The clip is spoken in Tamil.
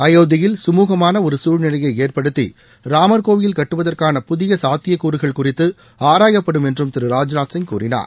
அயோத்தியில் சுமூகமான ஒரு சூழ்நிலையை ஏற்படுத்தி ராமர்கோயில் கட்டுவதற்கான புதிய சாத்தியக்கூறுகள் குறித்து ஆராயப்படும் என்றும் திரு ராஜ்நாத் சிங் கூறினார்